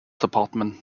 department